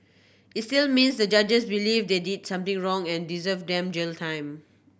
it still means the judges believe they did something wrong and deserve them jail time